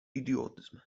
idiotyzm